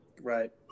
Right